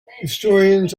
historians